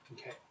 Okay